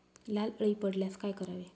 लाल अळी पडल्यास काय करावे?